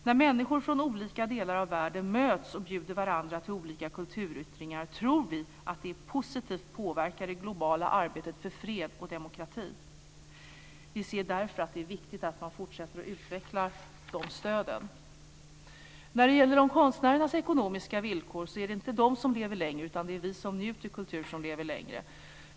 När människor från olika delar av världen möts och bjuder in varandra till olika kulturyttringar tror vi att det påverkar det globala arbetet för fred och demokrati positivt. Vi ser därför att det är viktigt att man fortsätter att utveckla de stöden. När det gäller konstnärernas ekonomiska villkor är det inte konstnärerna som lever längre, utan det är vi som njuter av kultur som lever längre.